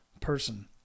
person